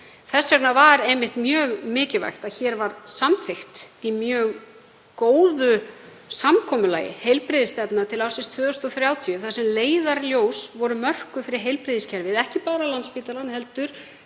Þess vegna var einmitt mjög mikilvægt að hér var samþykkt í mjög góðu samkomulagi heilbrigðisstefna til ársins 2030 þar sem leiðarljós voru mörkuð fyrir heilbrigðiskerfið, ekki bara Landspítalann heldur